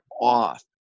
off